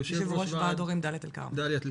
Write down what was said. יושב-ראש ועד ההורים דאלית אל-כרמל,